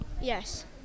Yes